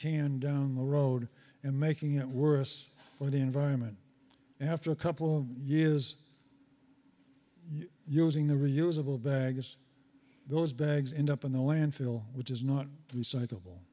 can down the road and making it worse for the environment after a couple of years using the reusable bags those bags end up in the landfill which is not recycl